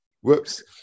Whoops